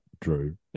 Drew